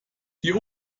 die